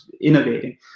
innovating